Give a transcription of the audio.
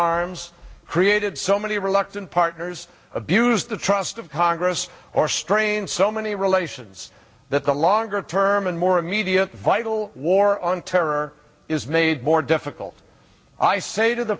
arms created so many reluctant partners abused the trust of congress or strained so many relations that the longer term and more immediate vital war on terror is made more difficult i say to the